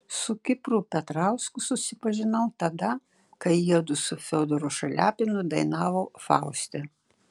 su kipru petrausku susipažinau tada kai jiedu su fiodoru šaliapinu dainavo fauste